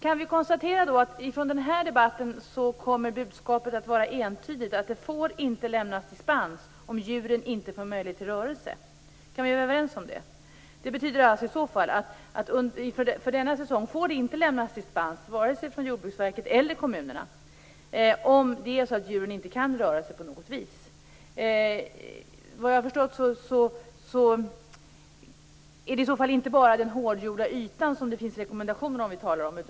Kan vi då konstatera att budskapet från den här debatten kommer att vara entydigt - det får inte lämnas dispens om djuren inte får möjlighet till rörelse? Kan vi vara överens om det? Det betyder i så fall att det för denna säsong inte får lämnas dispens vare sig från Jordbruksverket eller kommunerna om det är så att djuren inte kan röra sig på något vis. Vad jag har förstått så är det i så fall inte bara den hårdgjorda ytan, som det finns rekommendationer om, som vi talar om.